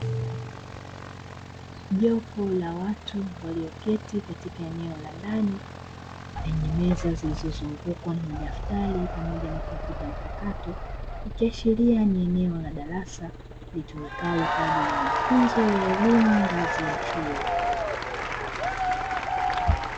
Sehemu ambayo imejaa miti mingi imejengewa vizuri na kutengenezwa kwa hali ya juu, Na ndani yake yamewekwa maji maalumu ambayo yanawasaidia wanao fika kuogelea na kuyafurahia mazingira.